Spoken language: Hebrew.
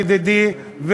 ידידי,